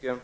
Det